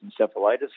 encephalitis